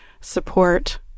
support